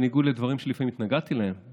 בניגוד לדברים שלפעמים התנגדתי להם,